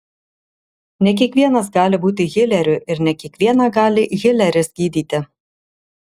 ne kiekvienas gali būti hileriu ir ne kiekvieną gali hileris gydyti